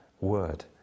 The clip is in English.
word